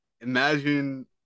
imagine